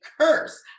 curse